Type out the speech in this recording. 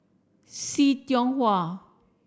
See Tiong Wah